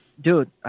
Dude